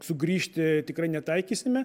sugrįžti tikrai netaikysime